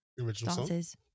dances